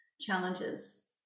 challenges